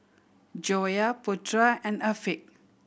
Joyah Putra and Afiq